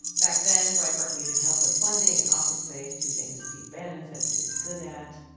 back then, breitbart needed help with funding and office space two things steve bannon said he was good at.